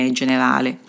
generale